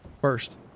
first